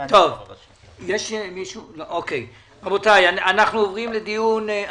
בגל הראשון רוב הרשויות המקומיות למיטב ידיעתי,